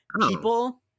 people